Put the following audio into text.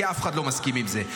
כי אף אחד לא מסכים עם זה,